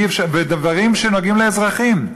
בדברים שנוגעים באזרחים.